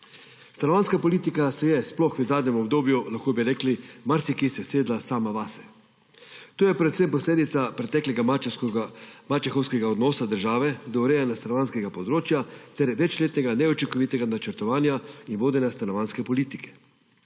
Stanovanjska politika se je sploh v zadnjem obdobju, lahko bi rekli, marsikje sesedla sama vase. To je predvsem posledica preteklega mačehovskega odnosa države do urejanja stanovanjskega področja ter večletnega neučinkovitega načrtovanja in vodenja stanovanjske politike.